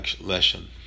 lesson